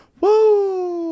woo